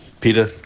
Peter